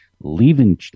leaving